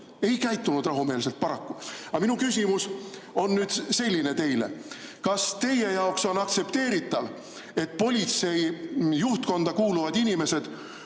ei käitunud rahumeelselt paraku. Aga minu küsimus teile on selline: kas teie jaoks on aktsepteeritav, et politsei juhtkonda kuuluvad inimesed